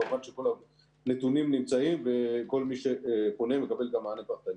כמובן כל הנתונים נמצאים וכל מי שפונה מקבל את המענה פרטנית.